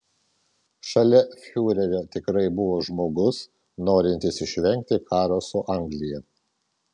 šalia fiurerio tikrai buvo žmogus norintis išvengti karo su anglija